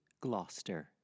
Gloucester